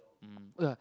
um oh ya